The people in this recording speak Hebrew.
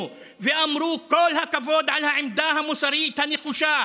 ואמרו: כל הכבוד על העמדה המוסרית הנחושה,